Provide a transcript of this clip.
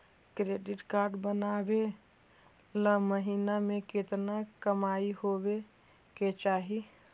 Credit card बनबाबे ल महीना के केतना कमाइ होबे के चाही?